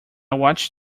watched